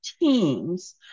teams